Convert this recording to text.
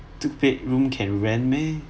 two bed room can rent meh